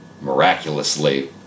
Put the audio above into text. miraculously